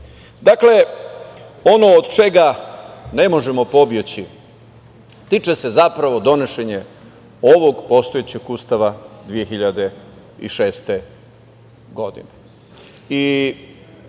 ono od čega ne možemo pobeći, a tiče se zapravo donošenja ovog postojećeg ustava 2006. godine.